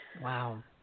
Wow